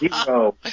zero